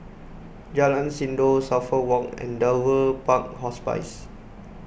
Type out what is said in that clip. Jalan Sindor Suffolk Walk and Dover Park Hospice